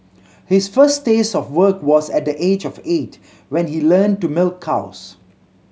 his first taste of work was at the age of eight when he learned to milk cows